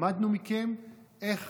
למדנו מכם איך